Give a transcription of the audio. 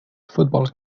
football